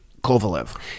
Kovalev